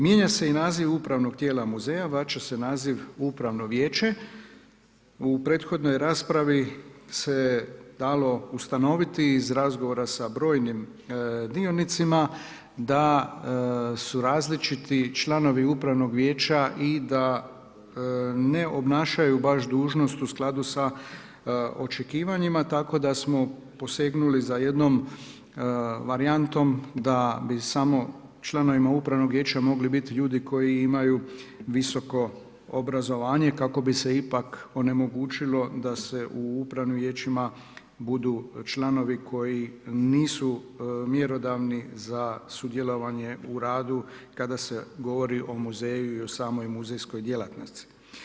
Mijenja se i naziv upravnog tijela muzeja, vraća se naziv upravno vijeće, u prethodnoj raspravi se dalo ustanoviti iz razgovora sa brojnim dionicima da su različiti članovi upravnog vijeća i da ne obnašaju baš dužnost u skladu sa očekivanjima, tako da smo posegnuli za jednom varijantom da bi samo članovima upravnog vijeća mogli biti ljudi koji imaju visoko obrazovanje kako bi se ipak onemogućilo da se u upravnim vijećima budu članovi koji nisu mjerodavni za sudjelovanje u radu, kada se govori o muzeju i o samoj muzejskoj djelatnosti.